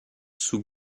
sous